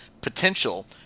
potential